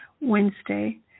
Wednesday